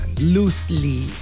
loosely